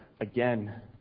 again